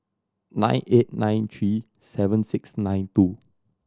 nine eight nine three seven six nine two